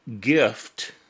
gift